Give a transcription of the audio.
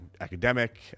academic